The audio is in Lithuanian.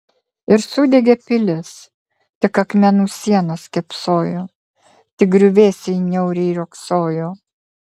ir sudegė pilis tik akmenų sienos kėpsojo tik griuvėsiai niauriai riogsojo